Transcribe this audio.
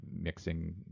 mixing